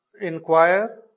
inquire